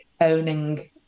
owning